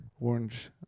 orange